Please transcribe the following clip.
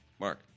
Mark